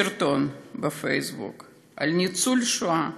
סרטון בפייסבוק על ניצול שואה